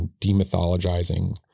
demythologizing